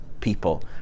people